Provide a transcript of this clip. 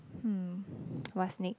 hmm what's next